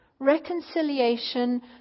Reconciliation